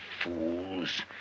fools